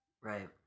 Right